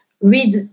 read